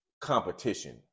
competition